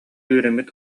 үөрэммит